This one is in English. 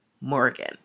Morgan